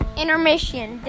intermission